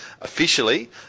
officially